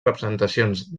representacions